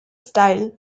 style